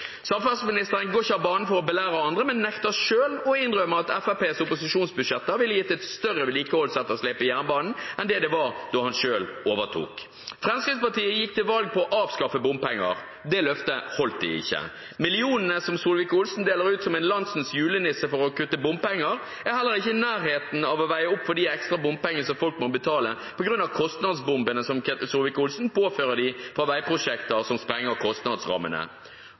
Samferdselsministeren går ikke av banen for å belære andre, men nekter selv å innrømme at Fremskrittspartiets opposisjonsbudsjetter ville gitt et større vedlikeholdsetterslep for jernbanen enn det var da han selv overtok. Fremskrittspartiet gikk til valg på å avskaffe bompenger. Det løftet holdt de ikke. Millionene som Solvik-Olsen deler ut som en landsens julenisse for å kutte bompenger, er heller ikke i nærheten av å veie opp for de ekstra bompengene som folk må betale på grunn av kostnadsbombene som Ketil Solvik-Olsen påfører dem fra veiprosjekter som sprenger kostnadsrammene.